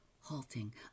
halting